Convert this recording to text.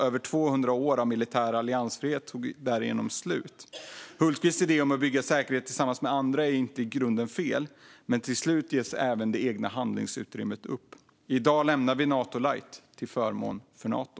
Över 200 år av militär alliansfrihet tog därigenom slut. Hultqvists idé om att bygga säkerhet tillsammans med andra är i grunden inte fel, men till slut ges även det egna handlingsutrymmet upp. I dag lämnar vi Nato light till förmån för Nato.